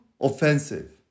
offensive